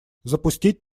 запустить